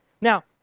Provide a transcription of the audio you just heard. Now